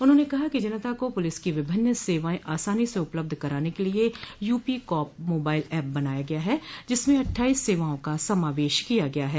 उन्होंने कहा कि जनता को पुलिस की विभिन्न सेवाएं आसानी से उपलब्ध कराने के लिए यूपी कॉप मोबाइल एप बनाया गया है जिसमें अट्ठाइस सेवाओं का समावेश किया गया है